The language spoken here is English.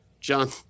John